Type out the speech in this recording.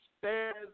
stairs